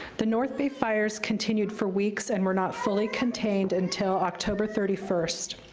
the north bay fires continued for weeks, and were not fully contained until october thirty first.